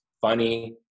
funny